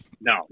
No